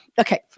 okay